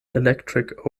electric